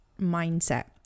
mindset